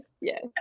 yes